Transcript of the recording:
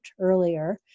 earlier